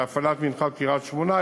בהפעלת מנחת קריית-שמונה,